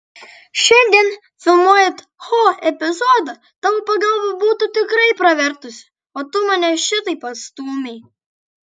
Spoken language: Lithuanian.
šiandien filmuojant ho epizodą tavo pagalba būtų tikrai pravertusi o tu mane šitaip apstūmei